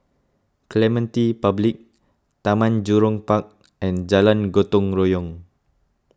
Clementi Public Taman Jurong Park and Jalan Gotong Royong